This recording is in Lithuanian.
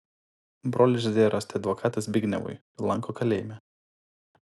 brolis žadėjo rasti advokatą zbignevui lanko kalėjime